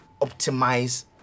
optimize